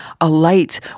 alight